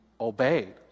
obeyed